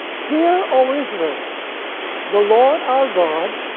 here, o israel the lord our god,